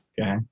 Okay